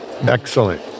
Excellent